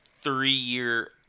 three-year